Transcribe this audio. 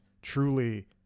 truly